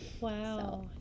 Wow